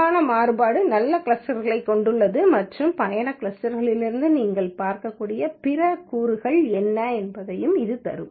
குறைவான மாறுபாடு நல்ல கிளஸ்டர்கள் கொண்டுள்ளது மற்றும் பயணக் கிளஸ்டர்களிலிருந்து நீங்கள் பார்க்கக்கூடிய பிற கூறுகள் என்ன என்பதையும் இது தரும்